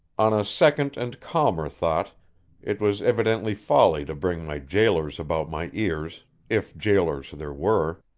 on a second and calmer thought it was evidently folly to bring my jailers about my ears, if jailers there were.